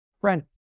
Friend